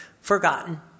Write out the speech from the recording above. forgotten